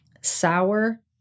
sour